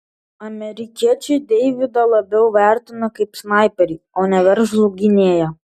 amerikiečiai deividą labiau vertina kaip snaiperį o ne veržlų gynėją